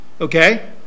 okay